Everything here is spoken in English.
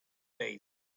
taste